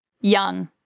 young